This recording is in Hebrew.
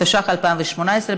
התשע"ח 2018,